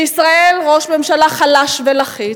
לישראל ראש ממשלה חלש ולחיץ.